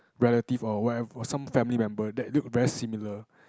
relative or wherev~ or some family member that look very similar